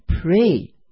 pray